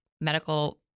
medical